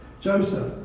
Joseph